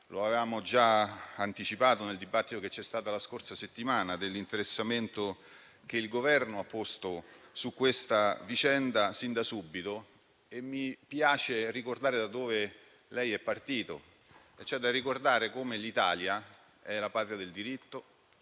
lo avevamo già anticipato nel dibattito che c'è stato la scorsa settimana; mi riferisco all'interessamento che il Governo ha posto su questa vicenda sin da subito. Mi piace ricordare da dove lei è partito, ricordando cioè come l'Italia sia la Patria del diritto,